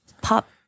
pop